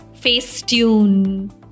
facetune